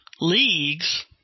leagues